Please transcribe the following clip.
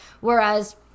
Whereas